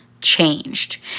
changed